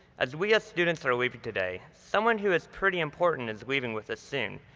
as we as students are leaving today, someone who is pretty important is leaving with us soon.